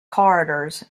corridors